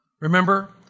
Remember